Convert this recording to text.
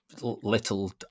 little